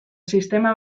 sistema